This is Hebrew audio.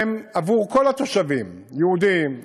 הן עבור כל התושבים: יהודים,